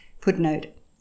Footnote